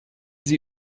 sie